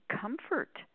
comfort